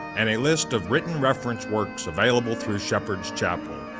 and a list of written reference works available through shepherd's chapel.